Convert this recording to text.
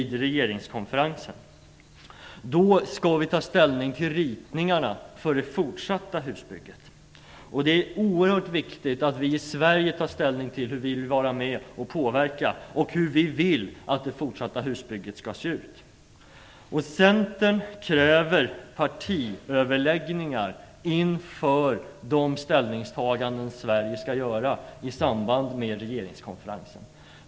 Då skall vi ta ställning till ritningarna för det fortsatta husbygget. Det är oerhört viktigt att vi i Sverige tar ställning till hur vi vill vara med och påverka det fortsatta husbygget. Centern kräver partiöverläggningar inför de ställningstaganden Sverige skall göra i samband med regeringskonferensen.